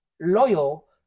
loyal